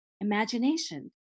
imagination